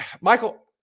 Michael